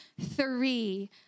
three